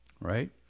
right